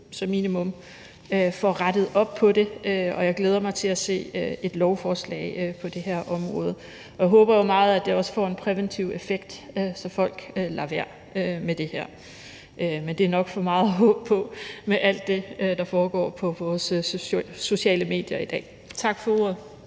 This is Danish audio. som minimum får rettet op på det, og jeg glæder mig til at se et lovforslag på det område. Jeg håber jo meget, at det også får en præventiv effekt, så folk lader være med det her. Men det er nok for meget at håbe på med alt det, der foregår på vores sociale medier i dag. Tak for ordet.